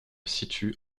situe